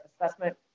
assessment